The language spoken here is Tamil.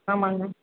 ஆமாங்க